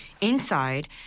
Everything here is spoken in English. inside